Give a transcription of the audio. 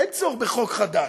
אין צורך בחוק חדש.